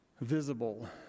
visible